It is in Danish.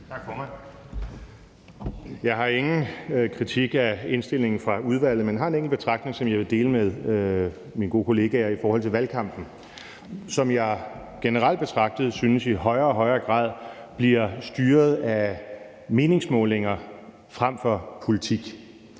Jeg har ingen kritik af indstillingen fra udvalget, men jeg har en enkelt betragtning, som jeg vil dele med mine gode kollegaer, i forhold til valgkampen, som jeg generelt betragtet synes i højere og højere grad bliver styret af meningsmålinger frem for politik.